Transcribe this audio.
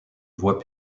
voie